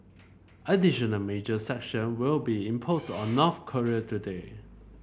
additional major sanction will be imposed on North Korea today